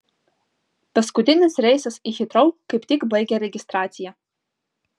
paskutinis reisas į hitrou kaip tik baigė registraciją